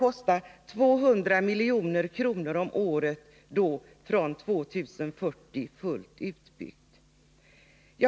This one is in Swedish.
Och från år 2040 skall systemet kosta 200 milj.kr. om året, fullt utbyggt.